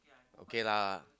okay lah